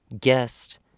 guest